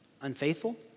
unfaithful